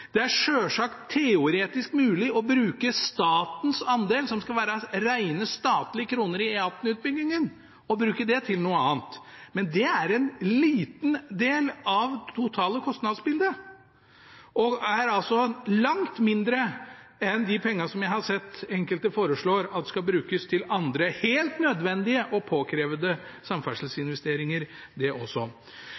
Det er selvsagt teoretisk mulig å bruke statens andel, som skal være rent statlige kroner i E18-utbyggingen, til noe annet. Men det er en liten del av det totale kostnadsbildet og langt mindre enn de pengene som jeg har sett enkelte foreslår skal brukes til andre samferdselsinvesteringer – helt nødvendige og påkrevede de også. Så jobbes det